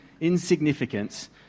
insignificance